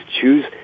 choose